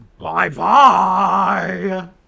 Bye-bye